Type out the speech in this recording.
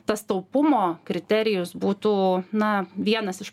tas taupumo kriterijus būtų na vienas iš